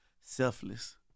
selfless